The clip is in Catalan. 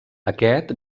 aquest